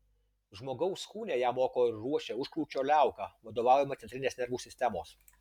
žmogaus kūne ją moko ir ruošia užkrūčio liauka vadovaujama centrinės nervų sistemos